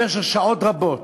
במשך שעות רבות.